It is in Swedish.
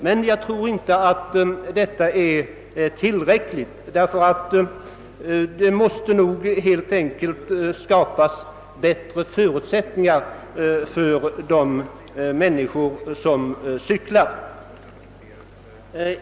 Men jag tror inte att detta är tillräckligt, utan det måste helt enkelt skapas bättre förutsättningar för de människor som cyklar.